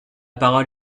parole